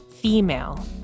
female